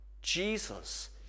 Jesus